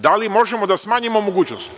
Da li možemo da smanjimo mogućnost?